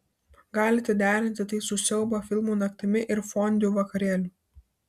galite derinti tai su siaubo filmų naktimi ir fondiu vakarėliu